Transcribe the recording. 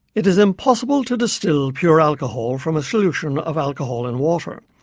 it is impossible to distil pure alcohol from a solution of alcohol in water,